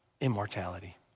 immortality